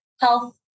health